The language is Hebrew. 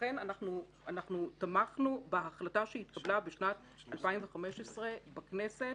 לכן תמכנו בהחלטה שהתקבלה בשנת 2015 בכנסת.